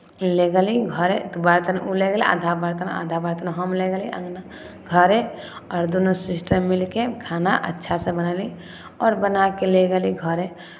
लए गेली घरे तऽ बाँचल ओ लऽ गेलै आधा बरतन आधा बरतन हम लए गेली अङ्गना घरे आओर दुनू सिस्टर मिलि कऽ खाना अच्छासँ बनयली आओर बना कऽ लए गेली घरे